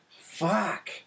Fuck